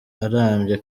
arambye